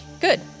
Good